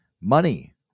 Money